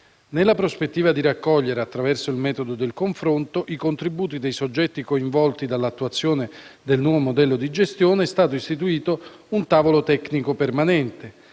Nella prospettiva di raccogliere, attraverso il metodo del confronto, i contributi dei soggetti coinvolti dall'attuazione del nuovo modello di gestione, è stato istituito un tavolo tecnico permanente,